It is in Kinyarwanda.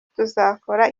tuzakora